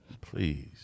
Please